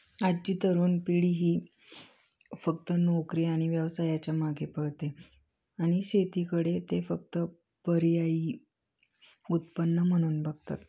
आजची तरुण पिढी ही फक्त नोकरी आणि व्यवसायाच्या मागे पळते आणि शेतीकडे ते फक्त पर्यायी उत्पन्न म्हणून बघतात